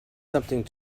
something